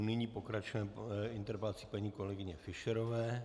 Nyní pokračujeme interpelací paní kolegyně Fischerové.